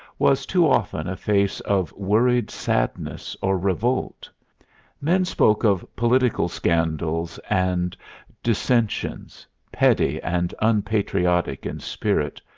was too often a face of worried sadness or revolt men spoke of political scandals and dissensions petty and unpatriotic in spirit,